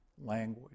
language